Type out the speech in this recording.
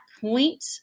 point